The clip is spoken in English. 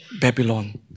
Babylon